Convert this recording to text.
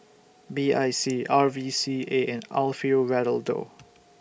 B I C R V C A and Alfio Raldo